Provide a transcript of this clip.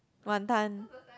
wanton